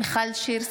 מיכל שיר סגמן,